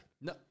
No